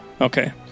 Okay